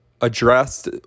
addressed